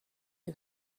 who